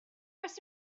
was